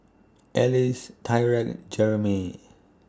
Ellis Tyrek Jeremey